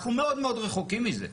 אנחנו מאוד מאוד רחוקים מזה.